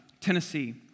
Tennessee